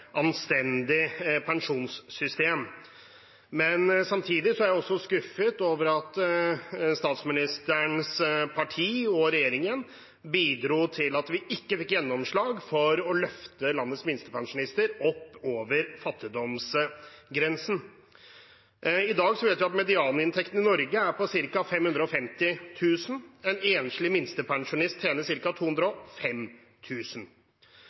anstendig pensjonssystem. Samtidig er jeg skuffet over at statsministerens parti og regjeringen bidro til at vi ikke fikk gjennomslag for å løfte landets minstepensjonister opp over fattigdomsgrensen. I dag vet vi at medianinntekten i Norge er på ca. 550 000 kr. En enslig minstepensjonist tjener